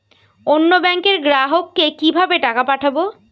অন্য ব্যাংকের গ্রাহককে কিভাবে টাকা পাঠাবো?